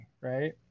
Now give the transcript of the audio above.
right